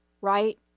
right